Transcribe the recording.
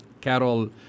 Carol